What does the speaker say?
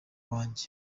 wanjye